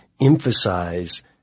emphasize